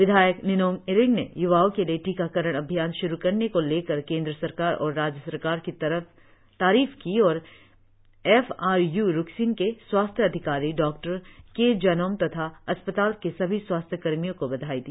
विधाक निनोंग इरिंग ने य्वाओं के लिए टीकाकरण अभियान शुरु करने को लेकर केंद्र सरकार और राज्य सरकार की तारीफ की और एफ आर यू रुकसिन के स्वास्थ्य अधिकारी डॉक्टर के जनोम तथा अस्पताल के सभी स्वास्थ्य कर्मियों को बधाई दी